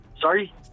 Sorry